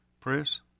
press